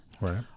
Right